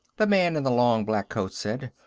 the man in the long black coat said.